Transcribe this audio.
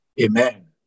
Amen